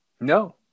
No